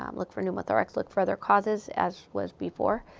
um look for pneumothorax, look for other causes, as was before.